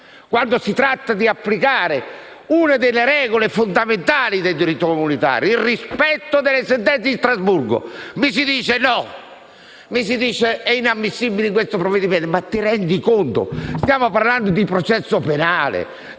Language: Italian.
Quando si tratta di applicare una delle regole fondamentali del diritto comunitario, cioè il rispetto delle sentenze di Strasburgo, mi si dice che la mia proposta è inammissibile in questo provvedimento. Ma vi rendete conto? Qui stiamo parlando di processo penale!